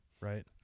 right